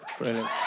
Brilliant